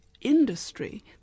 industry